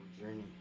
journey